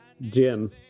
Jim